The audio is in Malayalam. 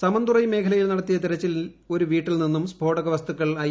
സമന്തുറൈ മേഖലയിൽ നടത്തിയ തെരച്ചിലിൽ ഒരു വീട്ടിൽ നിന്നും സ്ഫോടകവസ്തുക്കൾ ഐ